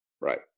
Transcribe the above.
Right